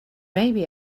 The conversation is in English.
maybe